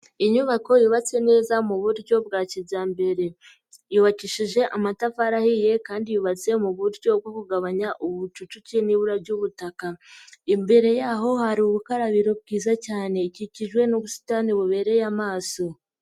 Inyubako yubatse neza mu buryo bwa kijyambere, yubakishije amatafari ahiye kandi yubatse mu buryo bwo kugabanya ubucucike n'ibura ry'ubutaka, imbere yaho hari ubukarabiro bwiza cyane ikikijwe n'ubusitani bubereye amaso.